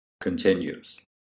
continues